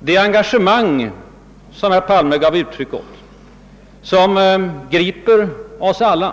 Det engagemang som herr Palme gav uttryck åt, som griper oss alla,